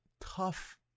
tough